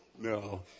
No